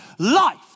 Life